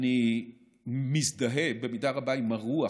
אני מזדהה במידה רבה עם הרוח